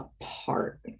apart